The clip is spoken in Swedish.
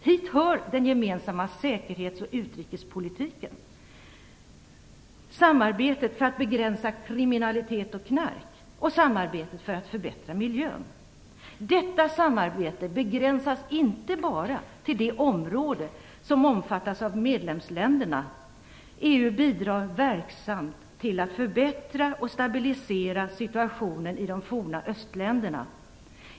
Hit hör den gemensamma säkerhets och utrikespolitiken, samarbetet för att begränsa kriminalitet och knark och samarbetet för att förbättra miljön. Detta samarbete begränsas inte bara till det området som omfattas av medlemsländerna. EU bidrar verksamt till att förbättra och stabilisera situationen i de forna östländerna.